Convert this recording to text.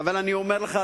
אבל אני אומר לך,